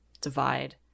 divide